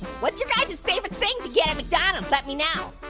what's your guys' favorite thing to get at mcdonald's? let me know,